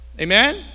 Amen